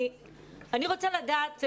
אני רוצה לדעת.